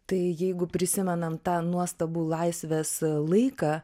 tai jeigu prisimenam tą nuostabų laisvės laiką